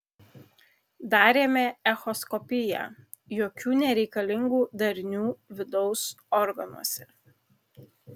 darėme echoskopiją jokių nereikalingų darinių vidaus organuose